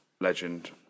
legend